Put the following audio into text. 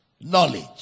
knowledge